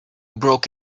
broke